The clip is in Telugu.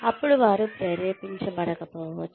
అప్పుడు వారు ప్రేరేపించబడకపోవచ్చు